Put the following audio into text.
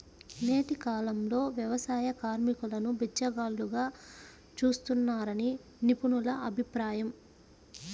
నేటి కాలంలో వ్యవసాయ కార్మికులను బిచ్చగాళ్లుగా చూస్తున్నారని నిపుణుల అభిప్రాయం